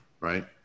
right